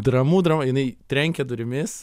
dramų drama jinai trenkė durimis